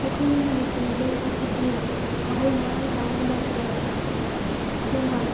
ꯑꯩꯈꯣꯏꯒꯤ ꯃꯅꯤꯄꯨꯔꯤ ꯂꯣꯟ ꯑꯁꯤꯗꯤ ꯋꯥꯍꯩ ꯃꯔꯥꯡ ꯀꯥꯏꯅ ꯂꯩꯇꯦ ꯑꯗꯨꯅ